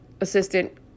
assistant